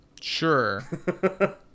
Sure